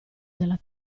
della